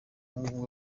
ngombwa